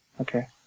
Okay